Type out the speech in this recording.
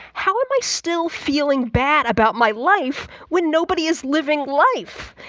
how am i still feeling bad about my life when nobody is living life?